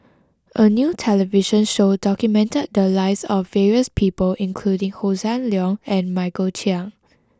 a new television show documented the lives of various people including Hossan Leong and Michael Chiang